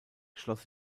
schloss